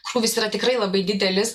krūvis yra tikrai labai didelis